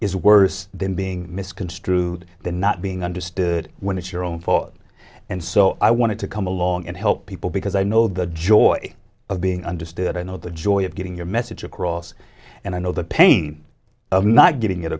is worse than being misconstrued than not being understood when it's your own for and so i wanted to come along and help people because i know the joy of being understood i know the joy of getting your message across and i know the pain of not getting it